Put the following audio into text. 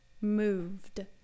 moved